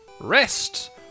Rest